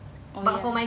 oh ya